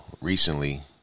recently